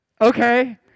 Okay